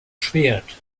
schwert